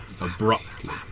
abruptly